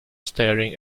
staring